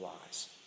lies